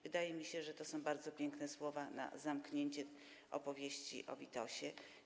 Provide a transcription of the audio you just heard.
Wydaje mi się, że to są bardzo piękne słowa na zamknięcie opowieści o Witosie.